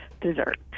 dessert